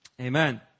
amen